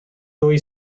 ddwy